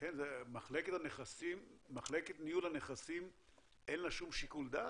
למחלקת ניהול הנכסים אין שום שיקול דעת?